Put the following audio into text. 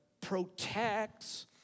protects